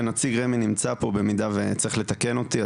ונציג רמ"י נמצא פה במידה וצריך לתקן אותי,